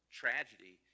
tragedy